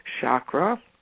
chakra